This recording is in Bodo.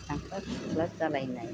नांरख्लाय खुरलाय जालायनाय